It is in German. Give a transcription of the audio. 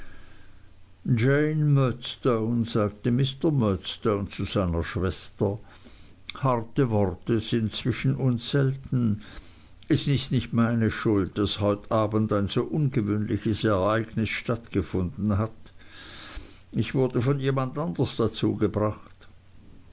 sagte mr murdstone zu seiner schwester harte worte sind zwischen uns selten es ist nicht meine schuld daß heut abends ein so ungewöhnliches ereignis stattgefunden hat ich wurde von jemand anders dazu gebracht